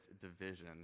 division